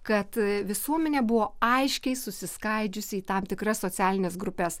kad visuomenė buvo aiškiai susiskaidžiusi į tam tikras socialines grupes